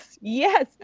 Yes